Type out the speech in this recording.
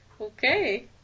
Okay